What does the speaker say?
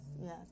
yes